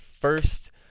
first